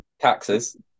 taxes